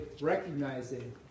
recognizing